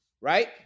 right